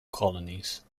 colonies